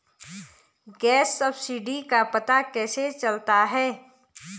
Gas subsidy का पता कैसे चलता है?